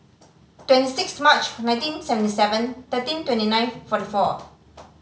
twenty six March nineteen seventy seven thirteen twenty nine forty four